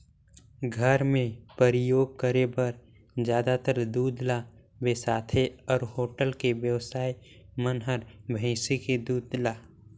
घर मे परियोग करे बर जादातर दूद ल बेसाथे अउ होटल के बेवसाइ मन हर भइसी के दूद ल